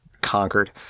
Conquered